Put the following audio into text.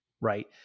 Right